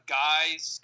guy's